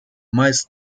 meist